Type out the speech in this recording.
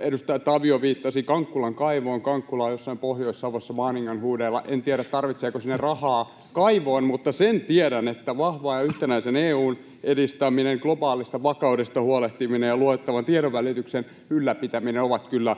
Edustaja Tavio viittasi Kankkulan kaivoon. Kankkula on jossain Pohjois-Savossa Maaningan huudeilla. En tiedä, tarvitseeko rahaa kaivoon heittää, mutta sen tiedän, että vahvan ja yhtenäisen EU:n edistäminen, globaalista vakaudesta huolehtiminen ja luotettavan tiedonvälityksen ylläpitäminen ovat kyllä